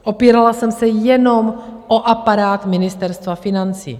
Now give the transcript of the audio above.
Opírala jsem se jenom o aparát Ministerstva financí.